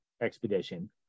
expedition